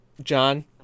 John